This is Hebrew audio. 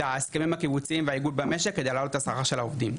את ההסכמים הקיבוציים והאיגוד במשק כדי להעלאות את השכר של העובדים.